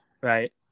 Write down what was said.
right